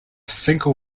single